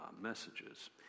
messages